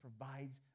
provides